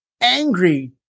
angry